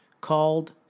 called